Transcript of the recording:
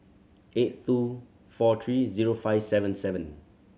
eight two four three zero five seven seven